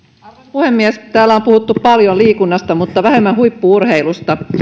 puhemies täällä on puhuttu paljon liikunnasta mutta vähemmän huippu urheilusta